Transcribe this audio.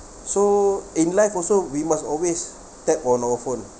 so in life also we must always tap on our phone